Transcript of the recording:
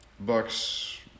bucks